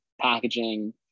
packaging